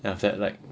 then after that like